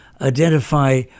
identify